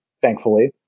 thankfully